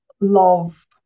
love